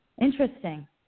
Interesting